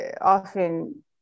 often